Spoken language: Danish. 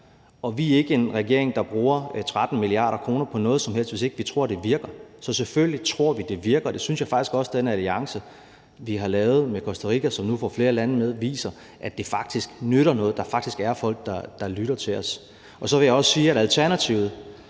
vi er ikke en regering, der bruger 13 mia. kr. på noget som helst, hvis ikke vi tror, det virker. Så selvfølgelig tror vi, det virker. Det synes jeg faktisk også at den alliance, vi har lavet med Costa Rica, som nu får flere lande med, viser, nemlig at det faktisk nytter noget, og at der faktisk er folk, der lytter til os. Så vil jeg også sige, at alternativet,